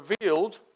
revealed